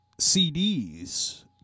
CDs